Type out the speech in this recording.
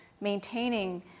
maintaining